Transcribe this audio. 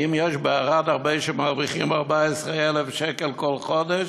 האם יש בערד הרבה שמרוויחים 14,000 שקל כל חודש?